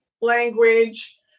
language